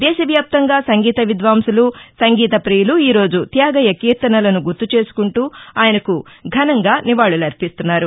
దేశవ్యాప్తంగా సంగీత విద్వాంసులు సంగీత ప్రియులు ఈ రోజు త్యాగయ్య కీర్తనలను గుర్తుచేసుకుంటూ ఆయనకు ఘనంగా నివాళులర్పిస్తున్నారు